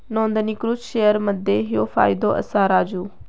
नोंदणीकृत शेअर मध्ये ह्यो फायदो असा राजू